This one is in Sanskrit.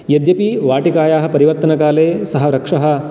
यद्यपि वाटिकायाः परिवर्तनकाले सः वृक्षः